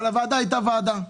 אבל הוועדה הייתה ועדה.